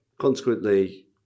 Consequently